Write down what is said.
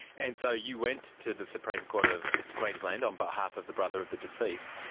and so you went to the supreme court of queensland on behalf of the brother of the deceased.